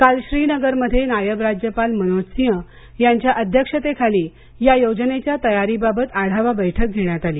काल श्रीनगर मध्ये नायब राज्यपाल मनोज सिंघ यांच्या अध्यक्षतेखाली या योजनेच्या तयारीबाबत आढावा बैठक घेण्यात आली